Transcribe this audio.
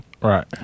right